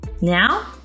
Now